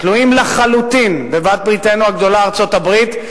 תלויים לחלוטין בבעלת בריתנו הגדולה ארצות-הברית,